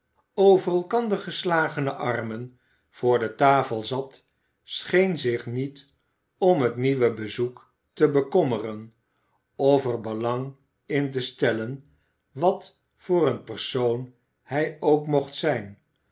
met overelkander geslagene armen voor de tafel zat scheen zich niet om het nieuwe bezoek te bekommeren of er belang in te stellen wat voor een persoon hij ook mocht zijn